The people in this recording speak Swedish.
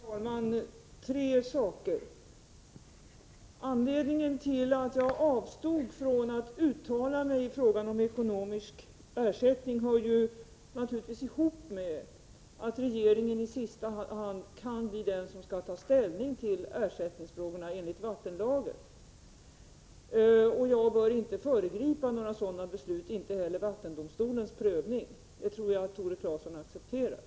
Herr talman! Tre saker: För det första hör anledningen till att jag avstod från att uttala mig i frågan om ekonomisk ersättning naturligtvis ihop med att regeringen i sista hand kan bli den som skall ta ställning till frågorna om Nr 35 ersättning enligt vattenlagen. Jag bör inte föregripa några sådana beslut, och Fredagen den inte heller vattendomstolens prövning. Det tror jag Tore Claeson accepterar.